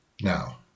Now